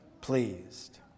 pleased